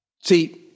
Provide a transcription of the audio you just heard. See